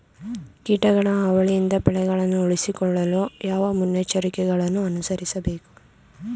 ಕೀಟಗಳ ಹಾವಳಿಯಿಂದ ಬೆಳೆಗಳನ್ನು ಉಳಿಸಿಕೊಳ್ಳಲು ಯಾವ ಮುನ್ನೆಚ್ಚರಿಕೆಗಳನ್ನು ಅನುಸರಿಸಬೇಕು?